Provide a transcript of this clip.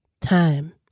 time